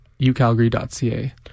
ucalgary.ca